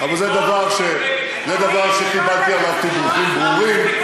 אבל זה דבר שקיבלתי עליו תדרוכים ברורים,